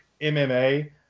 MMA